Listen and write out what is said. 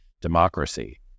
democracy